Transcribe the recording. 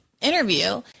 interview